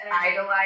idolize